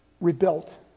rebuilt